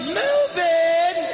moving